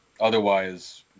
otherwise